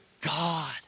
God